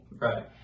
right